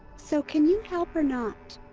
so, can you help or not?